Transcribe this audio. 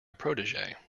protege